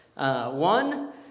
One